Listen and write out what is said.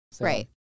Right